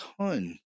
ton